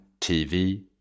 TV